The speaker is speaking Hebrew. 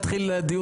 את יודעת מה,